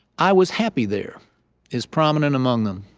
i was happy there is prominent among them.